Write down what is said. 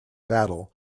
battle